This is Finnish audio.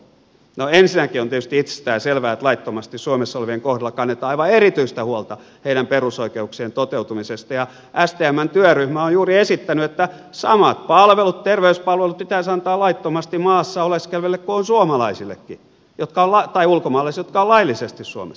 no ensinnäkin on tietysti itsestään selvää että laittomasti suomessa olevien kohdalla kannetaan aivan erityistä huolta heidän perusoikeuksiensa toteutumisesta ja stmn työryhmä on juuri esittänyt että samat palvelut terveyspalvelut pitäisi antaa laittomasti maassa oleskeleville kuin suomalaisillekin tai ulkomaalaisille jotka ovat laillisesti suomessa